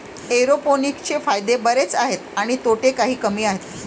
एरोपोनिक्सचे फायदे बरेच आहेत आणि तोटे काही कमी आहेत